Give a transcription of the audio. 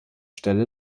stelle